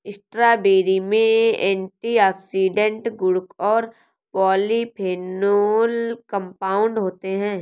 strawberry में antioxidant गुण और पॉलीफेनोल कंपाउंड होते हैं